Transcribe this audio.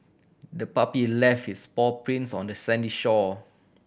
the puppy left its paw prints on the sandy shore